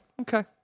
okay